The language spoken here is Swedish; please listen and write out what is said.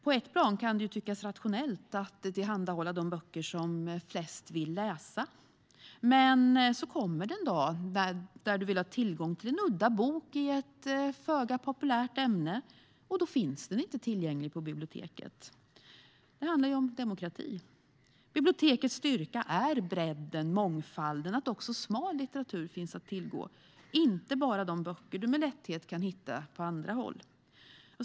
På ett plan kan det tyckas rationellt att tillhandahålla de böcker som flest vill läsa. Men så kommer en dag när du vill ha tillgång till en udda bok i ett föga populärt ämne, och då finns den inte tillgänglig på biblioteket. Det handlar om demokrati. Bibliotekets styrka är bredden, mångfalden och att också smal litteratur finns att tillgå, inte bara de böcker du med lätthet kan hitta på andra håll.